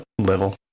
level